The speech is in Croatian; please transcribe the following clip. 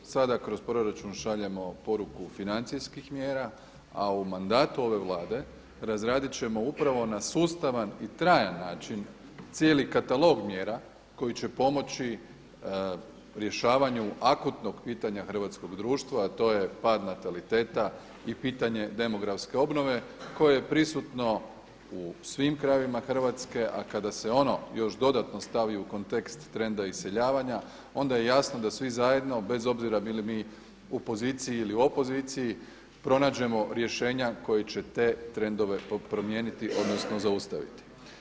Sada kroz proračun šaljemo poruku financijskih mjera, a u mandatu ove Vlade razradit ćemo upravo na sustavan i trajan način cijeli katalog mjera koji će pomoći rješavanju akutnog pitanja hrvatskog društva, a to je pad nataliteta i pitanje demografske obnove koje je prisutno u svim krajevima Hrvatske, a kada se ono još dodatno stavi u kontekst trenda iseljavanja onda je jasno da svi zajedno bez obzira bili mi u poziciji ili opoziciji pronađemo rješenja koji će te trendove promijeniti odnosno zaustaviti.